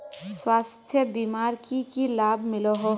स्वास्थ्य बीमार की की लाभ मिलोहो होबे?